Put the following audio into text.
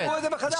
קחו את זה בחשבון.